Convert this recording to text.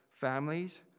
families